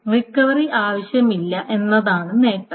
recovery ആവശ്യമില്ല എന്നതാണ് നേട്ടം